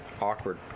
Awkward